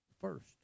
first